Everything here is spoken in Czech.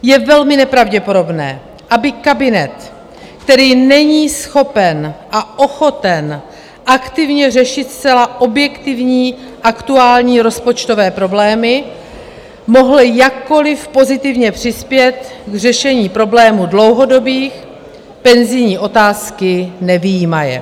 Je velmi nepravděpodobné, aby kabinet, který není schopen a ochoten aktivně řešit zcela objektivní aktuální rozpočtové problémy, mohl jakkoliv pozitivně přispět k řešení problému dlouhodobých, penzijní otázky nevyjímaje.